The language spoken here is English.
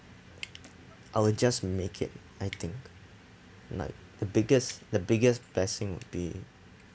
I'll just make it I think like the biggest the biggest blessing would be